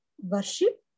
worship